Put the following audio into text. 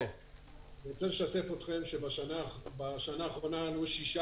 אני רוצה לשתף אתכם שבשנה האחרונה היו שישה